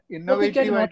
Innovative